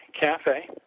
Cafe